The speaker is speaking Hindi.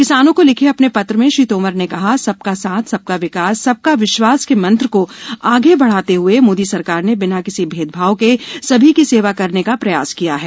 किसानों को लिखे अपने पत्र में श्री तोमर ने कहा कि सबका साथ सबका विकास सबका विश्वास के मंत्र को आगे बढ़ाते हुए मोदी सरकार ने बिना किसी भेदभाव के सभी की सेवा करने का प्रयास किया है